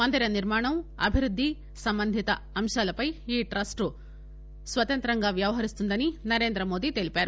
మందిర నిర్మాణం అభివృద్ది సంబంధిత అంశాలపై ఈ ట్రస్ట్ స్వతంత్రంగా వ్యవహరిస్తుందని నరేంద్రమోది తెలిపారు